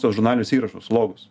tuos žurnalinius įrašus logus